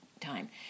time